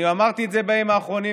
אני אמרתי את זה בימים האחרונים,